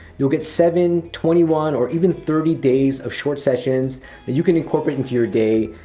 you'll get seven, twenty one or even thirty days of short sessions that you can incorporate into your day,